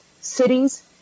cities